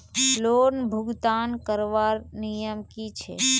Loan भुगतान करवार नियम की छे?